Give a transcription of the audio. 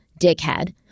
Dickhead